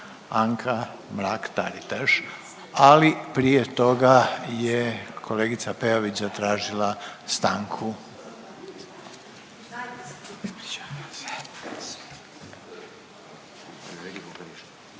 Anka Mrak-Taritaš. Ali prije toga je kolegica Peović zatražila stanku.